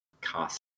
cost